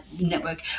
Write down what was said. network